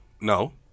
No